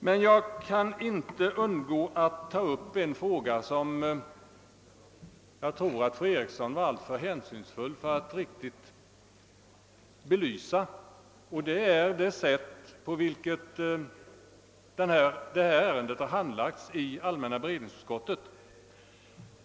Men jag kan inte undgå att ta upp en fråga som jag tror att fru Eriksson var alltför hänsynsfull för att riktigt belysa. Det är det sätt på vilket detta ärende har handlagts i allmänna beredningsutskottet.